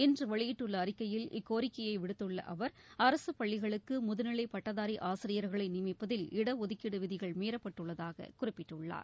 இன்று வெளியிட்டுள்ள அறிக்கையில் இக்கோரிக்கையை விடுத்துள்ள அவர் அரசுப் பள்ளிகளுக்கு முதுநிலை பட்டதாரி ஆசிரியர்களை நியமிப்பதில் இடஒதுக்கீடு விதிகள் மீறப்பட்டுள்ளதாக குறிப்பிட்டுள்ளார்